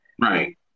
Right